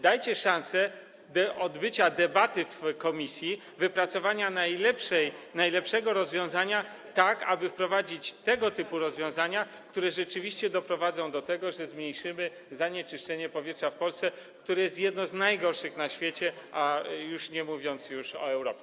Dajcie szansę na debatę w ramach komisji, wypracowanie najlepszego rozwiązania, tak aby wprowadzić tego typu rozwiązania, które rzeczywiście doprowadzą do tego, że zmniejszymy zanieczyszczenie powietrza w Polsce, które jest jednym z najgorszych na świecie, nie mówiąc już o Europie.